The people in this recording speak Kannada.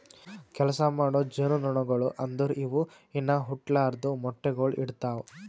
ಕೆಲಸ ಮಾಡೋ ಜೇನುನೊಣಗೊಳು ಅಂದುರ್ ಇವು ಇನಾ ಹುಟ್ಲಾರ್ದು ಮೊಟ್ಟೆಗೊಳ್ ಇಡ್ತಾವ್